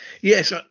Yes